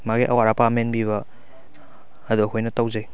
ꯃꯥꯒꯤ ꯑꯋꯥꯠ ꯑꯄꯥ ꯃꯦꯟꯕꯤꯕ ꯑꯗꯣ ꯑꯩꯈꯣꯏꯅ ꯇꯧꯖꯩ